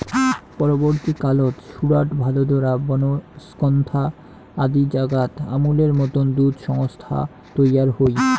পরবর্তী কালত সুরাট, ভাদোদরা, বনস্কন্থা আদি জাগাত আমূলের মতন দুধ সংস্থা তৈয়ার হই